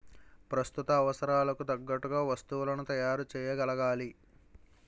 ప్రస్తుత అవసరాలకు తగ్గట్టుగా వస్తువులను తయారు చేయగలగాలి